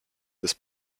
des